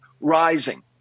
rising